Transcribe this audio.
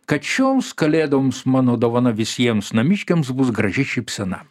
kad šioms kalėdoms mano dovana visiems namiškiams bus graži šypsena